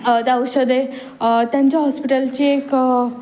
त्या औषधे त्यांच्या हॉस्पिटलची एक